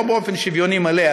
לא באופן שוויוני מלא,